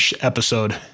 episode